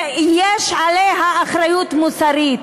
ויש עליה אחריות מוסרית.